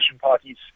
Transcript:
parties